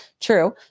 True